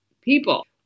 People